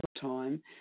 time